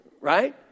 right